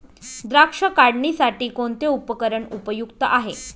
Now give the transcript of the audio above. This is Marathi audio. द्राक्ष काढणीसाठी कोणते उपकरण उपयुक्त आहे?